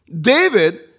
David